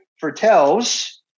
foretells